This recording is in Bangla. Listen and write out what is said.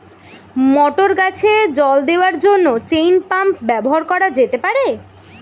মটর গাছে জল দেওয়ার জন্য চেইন পাম্প ব্যবহার করা যেতে পার?